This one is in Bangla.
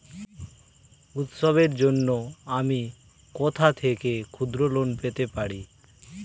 উৎসবের জন্য আমি কোথা থেকে ক্ষুদ্র লোন পেতে পারি?